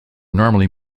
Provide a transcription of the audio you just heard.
normally